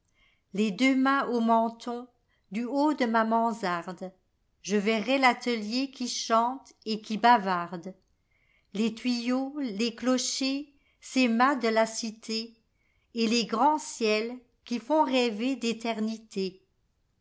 les deux mains au menton du haut de ma mansarde je verrai l'atelier qui chante et qui bavarde les tuyaux les clochers ces mâts de la cité et les grands ciels qui font rêver d'éternité